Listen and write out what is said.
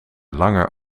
langer